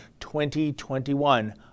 2021